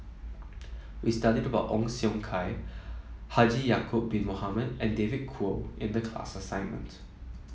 we studied about Ong Siong Kai Haji Ya'acob Bin Mohamed and David Kwo in the class assignment